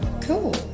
cool